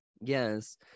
Yes